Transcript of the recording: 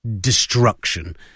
destruction